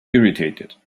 irritated